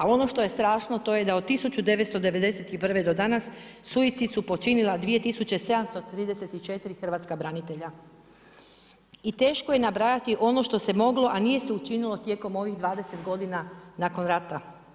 Ali ono što je strašno, to je da od 1991. do danas, suicid su počinila 2 734 hrvatska branitelja i teško je nabrajati ono što se moglo a nije se učinilo tijekom ovih 20 godina nakon rata.